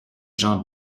gens